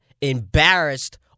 embarrassed